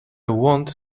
want